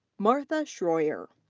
martha shroyer.